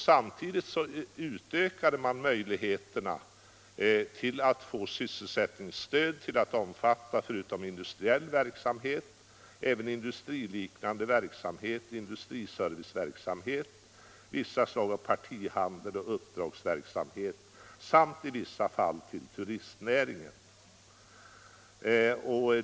Samtidigt utökade man kretsen av mottagare som kunde få sysselsättningsstöd till att omfatta, förutom industriell verksamhet, även industriliknande verksamhet, industriserviceverksamhet, vissa slag av partihandel och uppdragsverksamhet samt i vissa fall turistnäring.